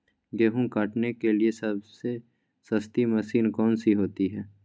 गेंहू काटने के लिए सबसे सस्ती मशीन कौन सी होती है?